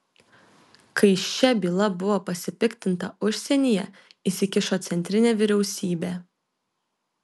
kai šia byla buvo pasipiktinta užsienyje įsikišo centrinė vyriausybė